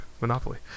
Monopoly